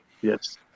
Yes